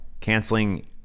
canceling